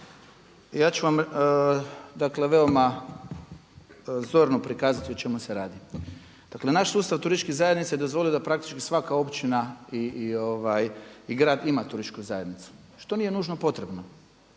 Ja ću vam veoma zorno prikazati o čemu se radi. Dakle naš sustav turističkih zajednica dozvolio je da praktički svaka općina i grad ima turističku zajednicu što nije nužno potrebno.